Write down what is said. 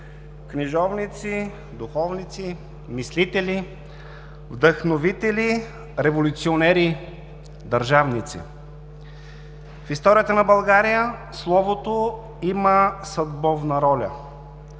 книжовници, духовници, мислители, вдъхновители, революционери, държавници. В историята на България словото има съдбовна роля.